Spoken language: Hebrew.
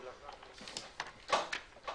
הישיבה ננעלה בשעה 13:11